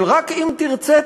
של "אם רק תרצה,